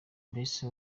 mbese